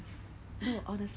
yeah